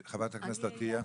חברת הכנסת דבי ביטון.